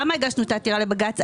למה הגשנו את העתירה לבג"ץ?